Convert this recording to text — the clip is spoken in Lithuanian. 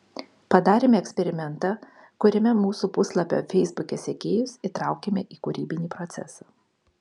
padarėme eksperimentą kuriame mūsų puslapio feisbuke sekėjus įtraukėme į kūrybinį procesą